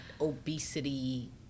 obesity